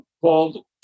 called